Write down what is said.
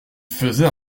faisait